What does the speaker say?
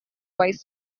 vice